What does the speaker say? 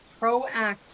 proactive